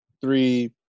three